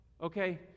Okay